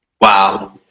Wow